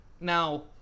Now